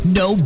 no